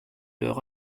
leur